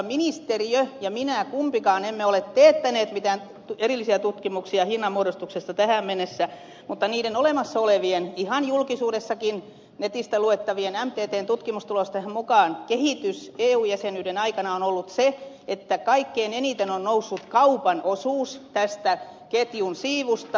ministeriö ja minä kumpikaan emme ole teettäneet mitään erillisiä tutkimuksia hinnanmuodostuksesta tähän mennessä mutta niiden olemassa olevien ihan julkisuudessakin netistä luettavien mttn tutkimustulosten mukaan kehitys eu jäsenyyden aikana on ollut se että kaikkein eniten on noussut kaupan osuus tästä ketjun siivusta